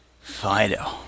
FIDO